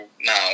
now